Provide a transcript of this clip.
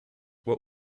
what